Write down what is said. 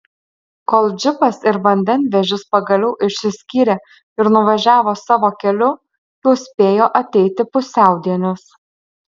kol džipas ir vandenvežis pagaliau išsiskyrė ir nuvažiavo savo keliu jau spėjo ateiti pusiaudienis